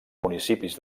municipis